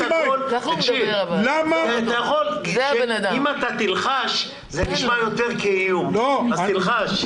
אם אתה תלחש, זה נשמע יותר כאיום, אז תלחש.